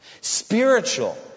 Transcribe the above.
Spiritual